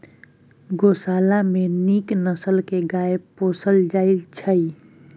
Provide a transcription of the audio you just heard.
गोशाला मे नीक नसल के गाय पोसल जाइ छइ